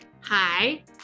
Hi